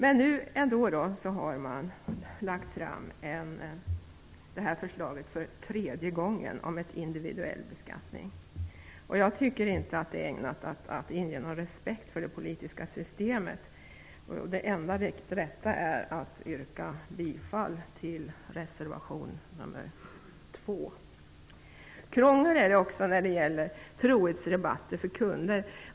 Ändå har nu detta förslag om en individuell beskattning lagts fram för tredje gången. Jag tycker inte att det är ägnat att inge någon respekt för det politiska systemet. Det enda rätta är att yrka bifall till reservation nr 2. Krångel är det också med trohetsrabatterna för kunder.